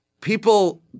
people